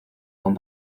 con